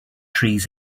trees